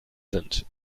sind